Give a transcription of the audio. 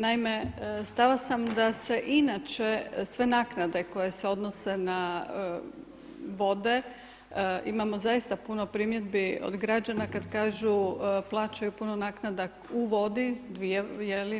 Naime, stala sam, da se inače sve naknade koje se odnose na vode, imamo zaista puno primjedbi od građana kad kažu: plaćaju puno naknada u vodi, dvije